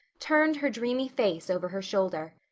turned her dreamy face over her shoulder.